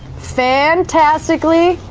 fantastically,